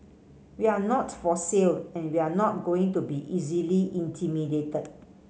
we're not for sale and we're not going to be easily intimidated